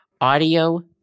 Audio